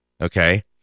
Okay